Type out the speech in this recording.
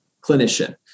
clinician